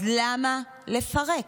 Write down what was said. אז למה לפרק?